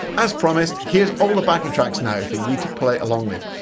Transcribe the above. as promised, here's all the backing tracks now for you to play along with.